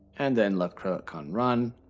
and then left-click on run,